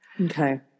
Okay